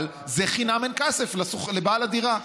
אבל זה חינם אין כסף לבעל הדירה.